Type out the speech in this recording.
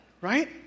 right